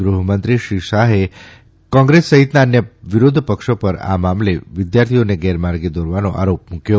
ગૃહમંત્રી શ્રી શાહે કોંગ્રેસ સહિતના અન્ય વિરોધ પક્ષો પર આ મામલે વિદ્યાર્થીઓને ગેરમાર્ગે દોરવવાનો આરોપ મુક્યો